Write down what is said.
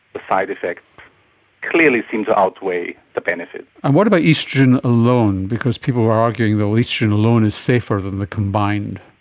the side-effects clearly seem to outweigh the benefits. and what about oestrogen alone? because people were arguing like oestrogen alone is safer than the combined,